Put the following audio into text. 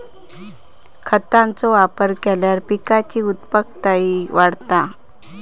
खतांचो वापर केल्यार पिकाची उत्पादकताही वाढता